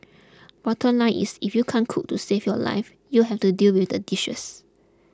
bottom line is if you can't cook to save your life you'll have to deal with the dishes